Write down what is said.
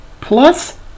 plus